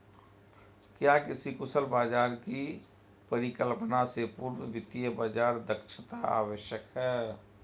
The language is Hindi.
क्या किसी कुशल बाजार की परिकल्पना से पूर्व वित्तीय बाजार दक्षता आवश्यक है?